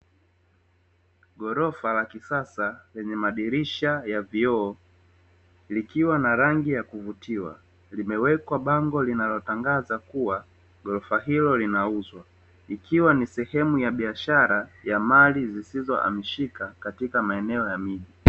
Ghorofa la kisasa lenye madirisha ya vioo, likiwa na rangi ya kuvutiwa, limewekwa bango linalotangaza kuwa ghorofa hilo linauzwa, ikiwa ni sehemu ya biashara ya mali zisizohamishika katika maeneo ya miji.